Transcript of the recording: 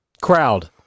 Crowd